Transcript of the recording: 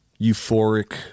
euphoric